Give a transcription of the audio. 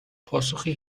پاسخی